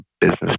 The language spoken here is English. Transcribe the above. business